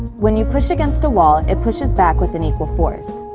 when you push against a wall, it pushes back with an equal force.